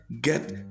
get